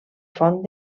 font